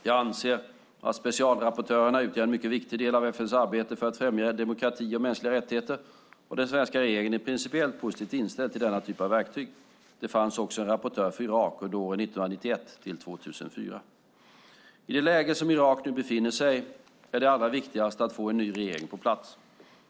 Jag anser att specialrapportörerna utgör en mycket viktig del av FN:s arbete för att främja demokrati och mänskliga rättigheter, och den svenska regeringen är principiellt positivt inställd till denna typ av verktyg. Det fanns också en rapportör för Irak under åren 1991-2004. I det läge som Irak nu befinner sig är det allra viktigaste att få en ny regering på plats.